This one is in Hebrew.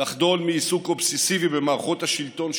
לחדול מעיסוק אובססיבי במערכות השלטון,